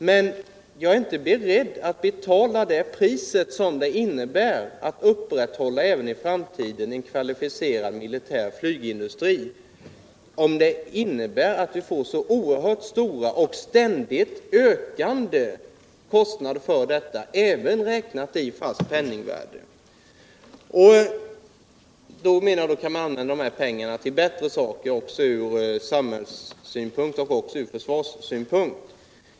Men jag är inte beredd att betala det pris det innebär att även i framtiden upprätthålla en kvalificerad flygindustri om det innebär att vi får oerhört stora och ständigt ökande kostnader för detta, även räknat i fast penningvärde. Jag menar att dessa pengar kan användas på ett bättre sätt både ur allmän samhällssynpunkt och ur försvarssynpunkt.